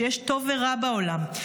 שיש טוב ורע בעולם.